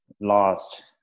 lost